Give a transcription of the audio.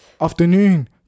Afternoon